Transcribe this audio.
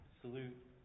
salute